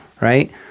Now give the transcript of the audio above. right